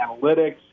analytics